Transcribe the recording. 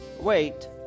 Wait